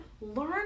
learn